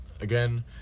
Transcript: Again